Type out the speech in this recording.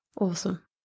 Awesome